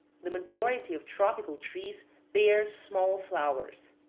the majority of tropical trees bear small flowers.